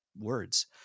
words